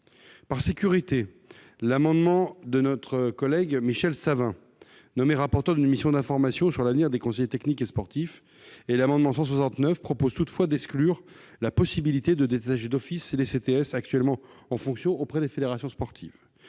Par sécurité, notre collègue Michel Savin, nommé rapporteur d'une mission d'information sur l'avenir des conseillers techniques et sportifs, ainsi que notre collègue Patrick Kanner proposent toutefois d'exclure la possibilité de détacher d'office les CTS actuellement en fonction auprès des fédérations sportives.